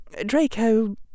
Draco